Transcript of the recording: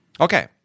Okay